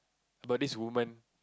about this woman